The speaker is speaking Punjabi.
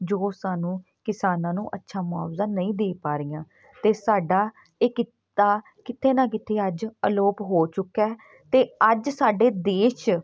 ਜੋ ਸਾਨੂੰ ਕਿਸਾਨਾਂ ਨੂੰ ਅੱਛਾ ਮੁਆਵਜ਼ਾ ਨਹੀਂ ਦੇ ਪਾ ਰਹੀਆਂ ਅਤੇ ਸਾਡਾ ਇਹ ਕਿੱਤਾ ਕਿਤੇ ਨਾ ਕਿਤੇ ਅੱਜ ਅਲੋਪ ਹੋ ਚੁੱਕਿਆ ਅਤੇ ਅੱਜ ਸਾਡੇ ਦੇਸ਼ 'ਚ